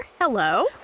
Hello